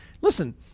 listen